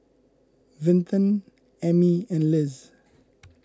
Vinton Emmy and Liz